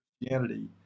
Christianity